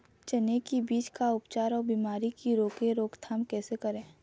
चने की बीज का उपचार अउ बीमारी की रोके रोकथाम कैसे करें?